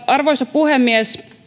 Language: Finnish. arvoisa puhemies